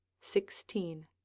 Sixteen